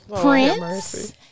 Prince